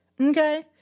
Okay